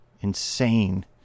insane